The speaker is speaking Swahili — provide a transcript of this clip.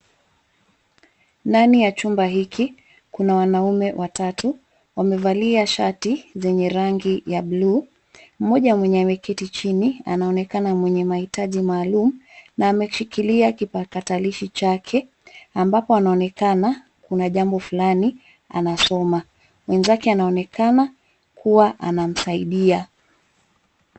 Ndani ya chumba hiki kuna wanaume watatu wamevalia shati zenye rangi ya bluu. Mmoja mwenye ameketi chini anaonekana mwenye maitaji maalum na ameshikilia kipatakalishi chake ambapo anaonekana kuna jambo fulani anasoma. Mwenzake anaonekana kuwa anamsaidia.